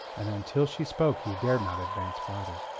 and until she spoke he dared not advance farther.